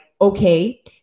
okay